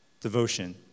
devotion